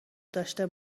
داشته